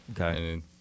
Okay